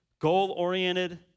goal-oriented